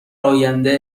آینده